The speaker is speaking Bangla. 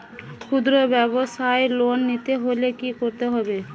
খুদ্রব্যাবসায় লোন নিতে হলে কি করতে হবে?